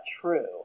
true